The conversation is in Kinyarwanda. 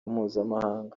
mpuzamahanga